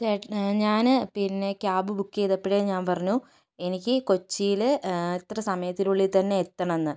ചേട്ടന് ഞാൻ പിന്നെ ക്യാബ് ബുക്ക് ചെയ്തപ്പോഴേ ഞാൻ പറഞ്ഞു എനിക്ക് കൊച്ചിയിൽ ഇത്ര സമയത്തിന് ഉള്ളിൽ തന്നെ എത്തണം എന്ന്